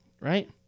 right